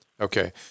Okay